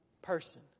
Person